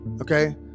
Okay